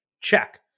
check